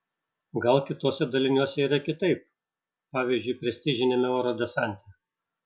gal kituose daliniuose yra kitaip pavyzdžiui prestižiniame oro desante